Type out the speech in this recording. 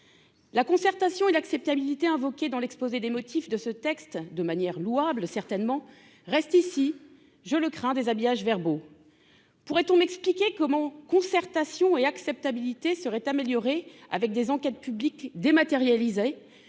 la concertation et l'acceptabilité invoqué dans l'exposé des motifs de ce texte de manière louable certainement reste ici, je le crains déshabillage verbaux : pourrait-on m'expliquer comment concertation et acceptabilité seraient améliorées avec des enquêtes publiques dématérialisée